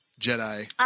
Jedi